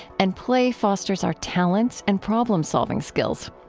and play fosters our talents and problem-solving skills.